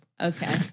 Okay